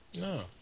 No